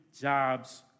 Jobs